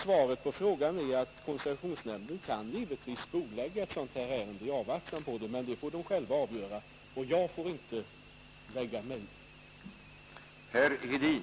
Svaret på frågan är alltså att koncessionsnämnden givetvis kan vilandeförklara ett sådant här ärende, men det får den själv avgöra; jag får inte lägga mig i det.